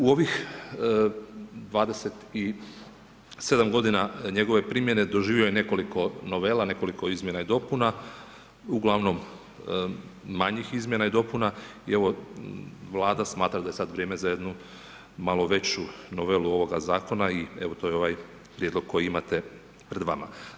U ovih 27 g. njegove primjene doživi je nekoliko novela, nekoliko izmjena i dopuna, ugl. manjih izmjena i dopuna i evo Vlada smatra da je sada vrijeme za jednu malo veću novelu ovoga zakona i evo, to je ovaj prijedlog koji imate pred vama.